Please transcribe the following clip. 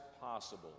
possible